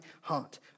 heart